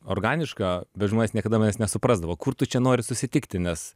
organiška bet žmonės niekada manęs nesuprasdavo kur tu čia nori susitikti nes